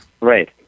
Right